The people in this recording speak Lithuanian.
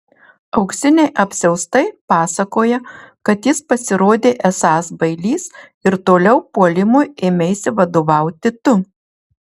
auksiniai apsiaustai pasakoja kad jis pasirodė esąs bailys ir toliau puolimui ėmeisi vadovauti tu